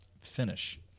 finish